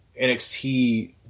NXT